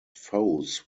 foes